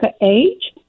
age